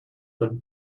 than